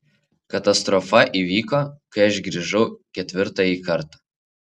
katastrofa įvyko kai aš grįžau ketvirtąjį kartą